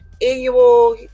annual